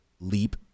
leap